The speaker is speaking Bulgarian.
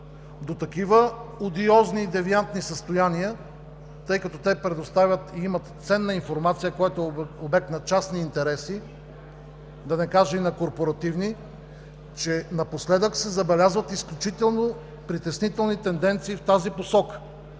до такива одиозни и девиантни състояния, тъй като те предоставят и имат ценна информация, което е обект на частни интереси, да не кажа и на корпоративни, че напоследък се забелязват изключително притеснителни тенденции в тази посока.